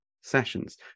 sessions